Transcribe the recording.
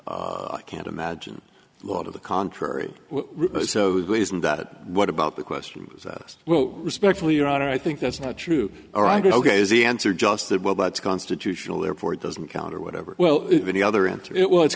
burden i can't imagine a lot of the contrary that what about the question was asked well respectfully your honor i think that's not true all right ok is the answer just that well that's constitutional therefore it doesn't count or whatever well any other answer it well it's